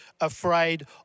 afraid